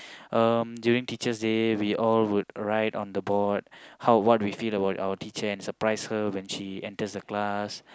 um during Teachers' Day we all would write on the board how what we feel about our teacher and surprise her when she enters the class